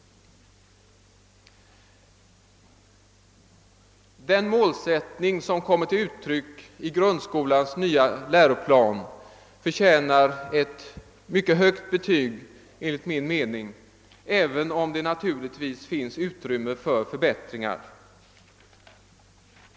Den målsättning som kommer till uttryck i grundskolans nya läroplan förtjänar ett mycket högt betyg enligt min mening, även om det naturligtvis finns utrymme för förbättringar.